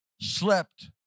slept